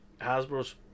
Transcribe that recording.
Hasbro's